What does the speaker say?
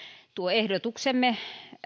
ehdotuksemme